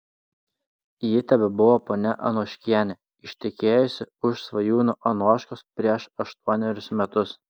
ji tebebuvo ponia anoškienė ištekėjusi už svajūno anoškos prieš aštuonerius metus